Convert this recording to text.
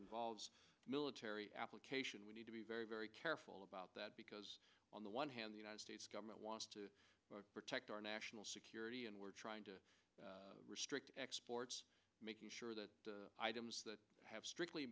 involves military application we need to be very very careful about that because on the one hand the united states government wants to protect our national security and we're trying to restrict making sure that items that have strictly